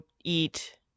eat